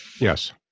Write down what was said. Yes